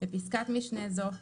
בפסקת משנה זו,